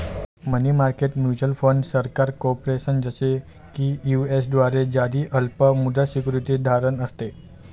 मनी market mutual fund सरकार, corporation, जसे की यू.एस द्वारे जारी अल्प मुदत सिक्युरिटीज धारण असते